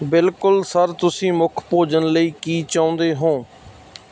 ਬਿਲਕੁਲ ਸਰ ਤੁਸੀਂ ਮੁੱਖ ਭੋਜਨ ਲਈ ਕੀ ਚਾਹੁੰਦੇ ਹੋ